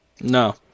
No